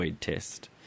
test